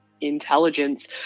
intelligence